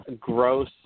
gross